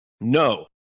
No